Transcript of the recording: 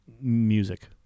music